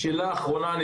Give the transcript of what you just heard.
שאלה אחרונה.